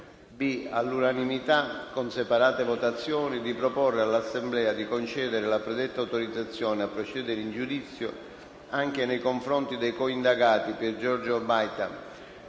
all'unanimità, con separate votazioni, di proporre all'Assemblea di concedere la predetta autorizzazione a procedere in giudizio anche nei confronti dei coindagati Piergiorgio Baita,